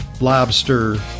lobster